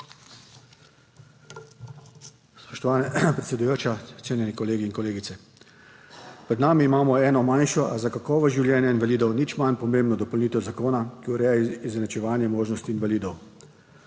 Spoštovana predsedujoča, cenjeni kolegi in kolegice! Pred nami imamo eno manjšo, a za kakovost življenja invalidov nič manj pomembno dopolnitev zakona, ki ureja izenačevanje možnosti invalidov.